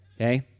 okay